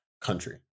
country